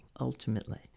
ultimately